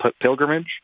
pilgrimage